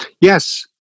yes